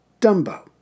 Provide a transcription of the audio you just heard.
Dumbo